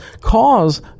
cause